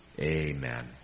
amen